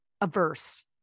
averse